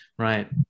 Right